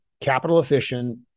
capital-efficient